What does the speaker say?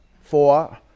four